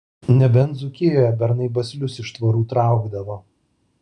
nebent dzūkijoje bernai baslius iš tvorų traukdavo